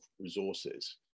resources